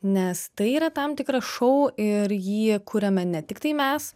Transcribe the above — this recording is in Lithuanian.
nes tai yra tam tikras šou ir jį kuriame ne tik tai mes